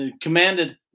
commanded